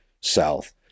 south